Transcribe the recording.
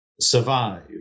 survive